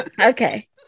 okay